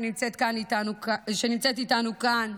שנמצאת איתנו כאן,